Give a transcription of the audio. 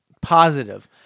Positive